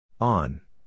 On